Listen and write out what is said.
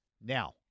Now